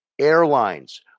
Airlines